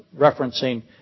referencing